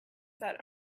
that